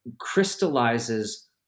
crystallizes